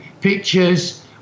pictures